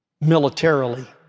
militarily